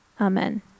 Amen